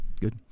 Good